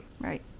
Right